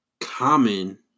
common